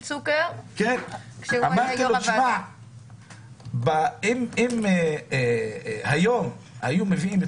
אמרתי להם שאם היום היו מביאים את